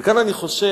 וכאן, אני חושב,